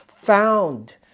found